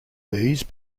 these